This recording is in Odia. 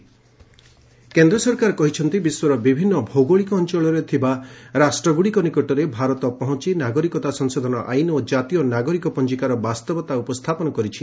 ଏମ୍ଇଏ ସିଏଏ କେନ୍ଦ୍ରସରକାର କହିଛନ୍ତି ବିଶ୍ୱର ବିଭିନ୍ନ ଭୌଗଳିକ ଅଞ୍ଚଳରେ ଥିବା ରାଷ୍ଟ୍ରଗ୍ରଡ଼ିକ ନିକଟରେ ଭାରତ ପହଞ୍ଚି ନାଗରିକତା ସଂଶୋଧନ ଆଇନ୍ ଓ ଜାତୀୟ ନାଗରିକ ପଞ୍ଜିକାର ବାସ୍ତବତା ଉପସ୍ଥାପନ କରିଛି